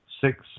six